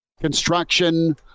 Construction